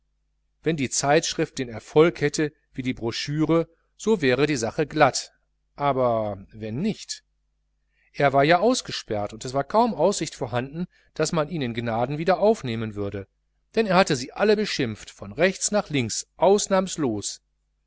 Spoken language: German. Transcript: wenn die zeitschrift den erfolg hätte wie die brochüre so wäre die sache glatt aber wenn nicht er war ja ausgesperrt und es war kaum aussicht vorhanden daß man ihn in gnaden wieder aufnehmen würde denn er hatte sie alle beschimpft von rechts nach links ausnahmslos